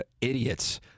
Idiots